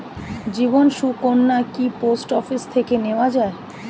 জীবন সুকন্যা কি post office থেকে নেওয়া যায়?